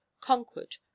conquered